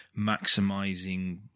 maximizing